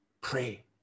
pray